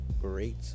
great